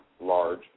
large